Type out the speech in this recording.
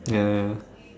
ya ya